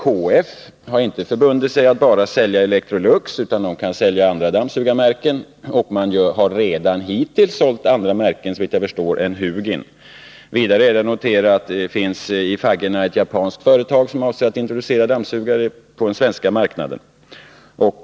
KF inte har förbundit sig att bara sälja Electrolux, utan man kan sälja andra dammsugarmärken. Och man har hittills, såvitt jag förstår, också sålt andra märken än Hugin. Vidare är det att notera att det finns ett japanskt företag i faggorna som avser att introducera dammsugare på den svenska marknaden.